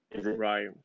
Right